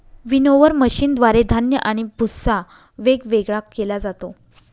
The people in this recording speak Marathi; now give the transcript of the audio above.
विनोवर मशीनद्वारे धान्य आणि भुस्सा वेगवेगळा केला जातो